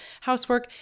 housework